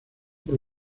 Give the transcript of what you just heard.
por